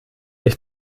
ich